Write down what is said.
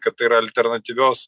kad tai yra alternatyvios